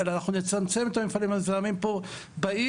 אלא אנחנו נצמצם את המפעלים המזהמים פה בעיר.